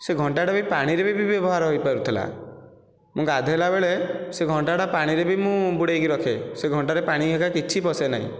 ସେ ଘଣ୍ଟାଟା ବି ପାଣିରେ ବି ବ୍ୟବହାର ହୋଇପାରୁଥିଲା ମୁଁ ଗାଧୋଇଲା ବେଳେ ସେ ଘଣ୍ଟାଟା ପାଣିରେ ବି ମୁଁ ବୁଡ଼େଇକି ରଖେ ସେ ଘଣ୍ଟାରେ ପାଣି ହେରିକା କିଛି ପଶେ ନାହିଁ